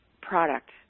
product